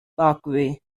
parkway